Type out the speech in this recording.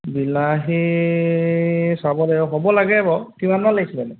বিলাহী চাব লাগিব হ'ব লাগে বাৰু কিমানমান লাগিছিলেনো